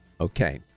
Okay